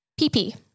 PP